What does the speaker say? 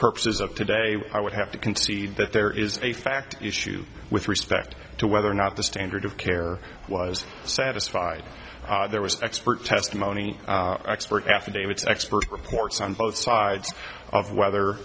purposes of today i would have to concede that there is a fact issue with respect to whether or not the standard of care was satisfied there was expert testimony expert affidavits expert reports on both sides of whether